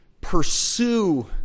pursue